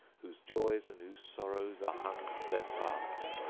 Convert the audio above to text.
whose joys and whose sorrows are hung to their parts!